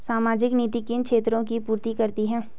सामाजिक नीति किन क्षेत्रों की पूर्ति करती है?